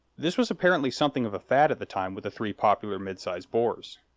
this was apparently something of a fad at the time with the three popular mid-size bores.